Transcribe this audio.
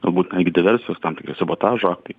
galbūt netgi diversijos tam tikri sabotažo atvejai